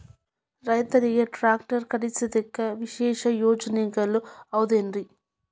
ರೈತರಿಗೆ ಟ್ರ್ಯಾಕ್ಟರ್ ಖರೇದಿಸಾಕ ವಿಶೇಷ ಯೋಜನೆಗಳು ಅದಾವೇನ್ರಿ?